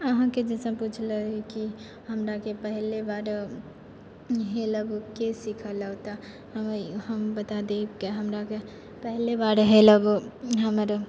अहाँके जैसे पुछलय रहि कि हमराके पहिले बार हेलबके सिखेलक तऽ हम ई हम बता देब कि हमराके पहिले बार हेलब हमर